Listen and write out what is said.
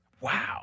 Wow